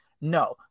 No